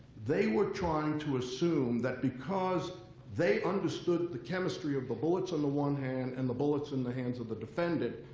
they were trying to assume that because they understood the chemistry of the bullets on the one hand and the bullets in the hands of the defendant,